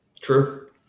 True